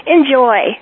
Enjoy